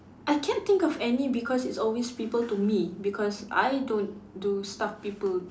I can't think of any because it's always people to me because I don't do stuff people